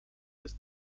des